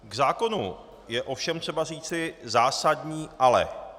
K zákonu je ovšem třeba říci zásadní ale.